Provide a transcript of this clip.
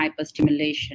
hyperstimulation